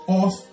off